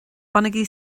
bainigí